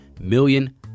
million